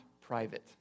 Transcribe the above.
private